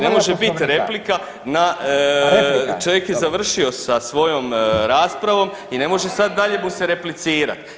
Ne može biti replika na čovjek je završio sa svojom raspravom i ne može sad dalje mu se replicirat.